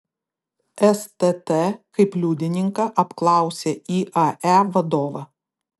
stt kaip liudininką apklausė iae vadovą